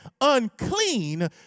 unclean